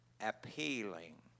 appealing